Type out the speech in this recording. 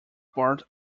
part